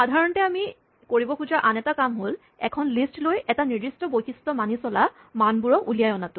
সাধাৰণতে আমি কৰিব খোজা আন এটা কাম হ'ল এখন লিষ্ট লৈ এটা নিৰ্দিষ্ট বৈশিষ্ট মানি চলা মানবোৰ উলিয়াই অনাটো